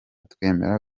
twemera